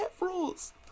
rules